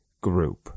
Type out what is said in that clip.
group